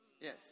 Yes